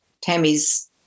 Tammy's